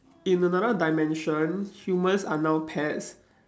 in another dimensions humans are not pets